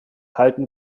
halten